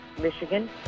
Michigan